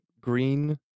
green